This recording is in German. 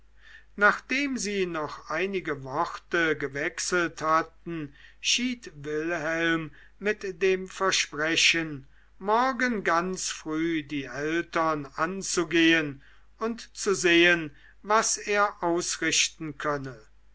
nachdem sie noch einige worte gewechselt hatten schied wilhelm mit dem versprechen morgen ganz früh die eltern anzugehen und zu sehen was er ausrichten könne